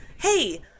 hey